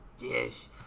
yes